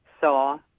saw